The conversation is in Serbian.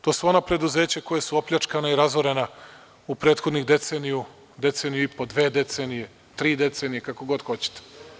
To su ona preduzeća koja su opljačkana i razorena u prethodnoj deceniji, deceniji i po, dve decenije, tri decenije kako god hoćete.